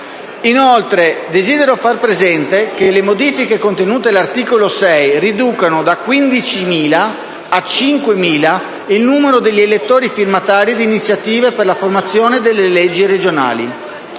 Inoltre, desidero far presente che le modifiche contenute all'articolo 6 riducono da 15.000 a 5.000 il numero degli elettori firmatari di iniziative per la formazione delle leggi regionali.